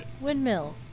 windmill